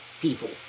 people